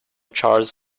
charles